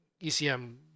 ECM